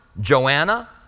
Joanna